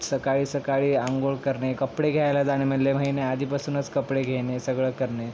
सकाळी सकाळी अंघोळ करणे कपडे घायला जाणं म्हणलं तर हेने आधी पासूनच कपडे घेणे सगळं करणे